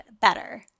better